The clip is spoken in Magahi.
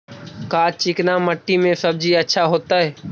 का चिकना मट्टी में सब्जी अच्छा होतै?